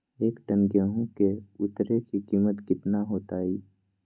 एक टन गेंहू के उतरे के कीमत कितना होतई?